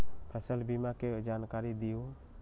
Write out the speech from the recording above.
फसल बीमा के जानकारी दिअऊ?